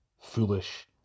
foolish